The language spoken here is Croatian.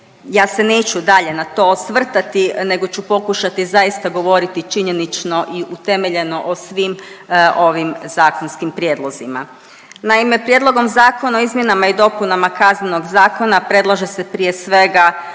Ja se neću dalje na to osvrtati nego ću pokušati zaista govoriti činjenično i utemeljeno o svim ovim zakonskim prijedlozima. Naime, Prijedlogom zakona o izmjenama i dopunama KZ-a predlaže se prije svega